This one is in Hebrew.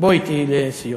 בוא אתי לסיור.